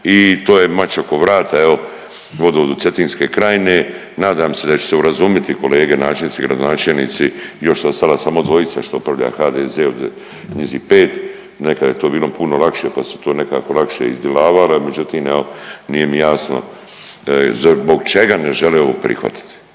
i to je mač oko vrata, evo vodovodu Cetinske krajine. Nadam se da će se urazumiti kolege načelnici, gradonačelnici. Još su ostala samo dvojica što upravlja HDZ u knjizi pet. Nekada je to bilo puno lakše, pa se to nekako lakše …/Govornik se ne razumije./… Međutim, evo nije mi jasno zbog čega ne žele ovo prihvatiti.